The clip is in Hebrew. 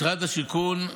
משרד השיכון,